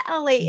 LA